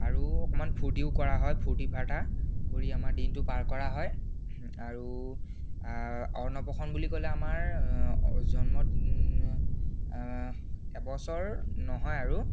আৰু অকমান ফূৰ্তিও কৰা হয় ফূৰ্তি ফাৰ্তা কৰি আমাৰ দিনটো পাৰ কৰা হয় আৰু অন্নপ্ৰাশন বুলি ক'লে আমাৰ জন্ম এবছৰ নহয় আৰু